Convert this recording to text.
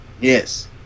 yes